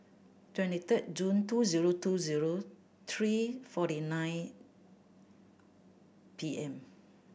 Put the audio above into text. twenty third June two zero two zero three forty nine P M